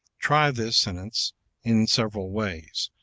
try this sentence in several ways,